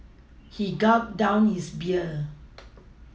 he gulped down his beer